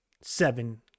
seven